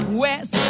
west